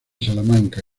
salamanca